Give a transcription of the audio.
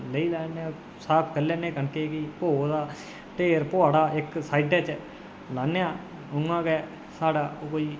लेई आने साफ करी लैने कनकै गी भोह् दा ढेर पोआड़ा इक्क साईड उप्पर लानै आं उआं गै साढ़ा ओह् कोई